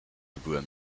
byłem